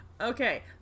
Okay